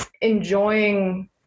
enjoying